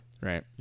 right